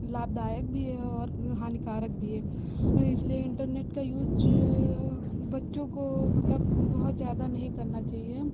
लाभदायक भी है और हानिकारक भी है इसलिए इन्टरनेट का यूज़ बच्चों को मतलब बहुत ज़्यादा नहीं करना चाहिए